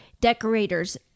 decorators